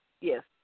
Yes